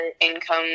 income